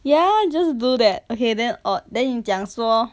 ya just do that okay then or then 你讲说